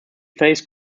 phase